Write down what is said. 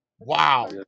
wow